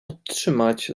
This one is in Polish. podtrzymać